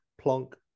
plonk